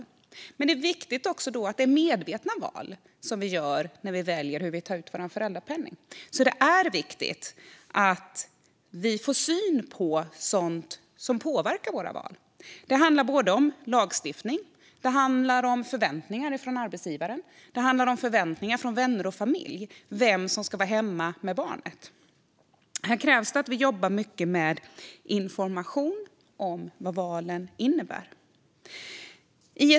Då är det viktigt att vi gör medvetna val när vi ska ta ut föräldrapenningen. Det är viktigt att få syn på sådant som påverkar våra val. Det handlar om lagstiftning och om förväntningar från arbetsgivaren och från vänner och familj på vem som ska vara hemma med barnet. Här krävs att vi jobbar mycket med information om vad valen innebär.